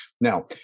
Now